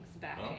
back